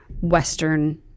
Western